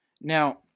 Now